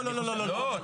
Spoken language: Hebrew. לא, לא, לא, לא נכון.